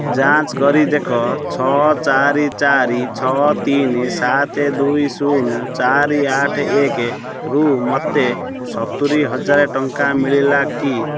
ଯାଞ୍ଚ କରି ଦେଖ ଛଅ ଚାରି ଚାରି ଛଅ ତିନି ସାତେ ଦୁଇ ଶୂନ ଚାରି ଆଠ ଏକରୁ ମୋତେ ସତୁରୀ ହଜାରେ ଟଙ୍କା ମିଳିଲା କି